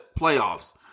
Playoffs